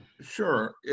Sure